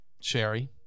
Sherry